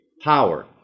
power